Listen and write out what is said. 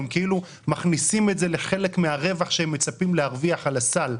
הם כאילו מכניסים את זה לחלק מהרווח שהם מצפים להרוויח על הסל,